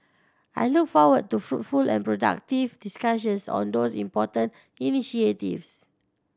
I look forward to fruitful and productive discussions on these important initiatives